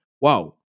wow